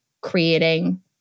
creating